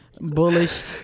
bullish